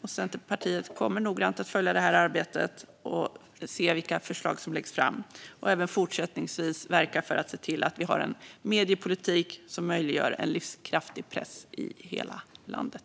Centerpartiet kommer att följa det här arbetet noggrant och se vilka förslag som läggs fram och även fortsättningsvis verka för en mediepolitik som möjliggör en livskraftig press i hela landet.